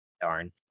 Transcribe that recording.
Darn